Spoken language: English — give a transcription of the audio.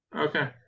Okay